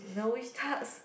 you know which tarts